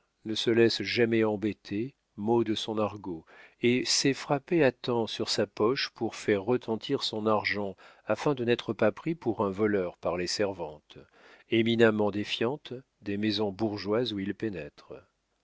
ne se laisse jamais embêter mot de son argot et sait frapper à temps sur sa poche pour faire retentir son argent afin de n'être pas pris pour un voleur par les servantes éminemment défiantes des maisons bourgeoises où il pénètre